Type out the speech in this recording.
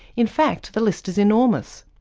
in fact the list is enormous,